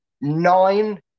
Nine